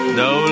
no